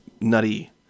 nutty